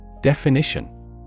Definition